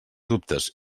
dubtes